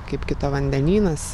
kaip kito vandenynas